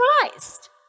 Christ